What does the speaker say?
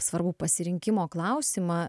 svarbų pasirinkimo klausimą